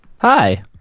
Hi